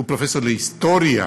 הוא פרופסור להיסטוריה,